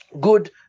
good